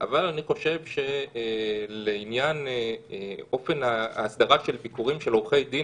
אבל אני חושב שלעניין אופן הסדרת ביקורים של עורכי-דין